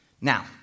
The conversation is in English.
Now